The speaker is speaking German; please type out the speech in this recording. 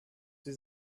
sie